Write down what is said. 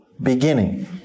beginning